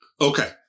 Okay